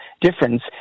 difference